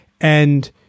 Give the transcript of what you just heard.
and-